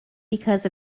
because